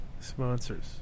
sponsors